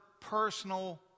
personal